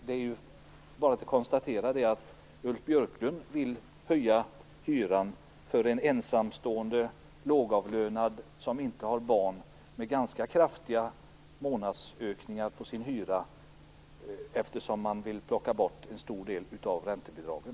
Det är bara att konstatera att Ulf Björklund vill höja månadshyran för en ensamstående lågavlönad som inte har barn ganska kraftigt, eftersom han vill plocka bort en stor del av räntebidragen.